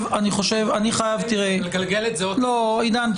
תקשיב -- תגלגל את זה --- עידן,